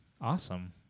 Awesome